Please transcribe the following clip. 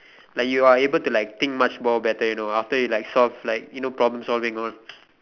like you are able to like think much more better you know after you like solve like problem solving all